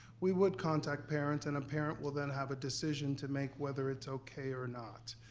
we would contact parents and a parent will then have a decision to make whether it's okay or not.